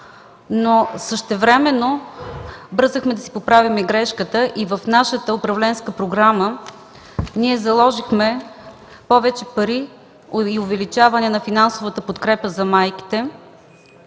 но същевременно бързахме да си поправим грешката и в нашата управленска програма заложихме повече пари и увеличаване на финансовата подкрепа за майките,